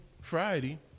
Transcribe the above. Friday